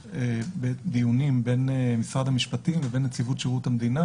שיש דיונים בין משרד המשפטים ובין נציבות שירות המדינה,